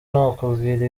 nakubwira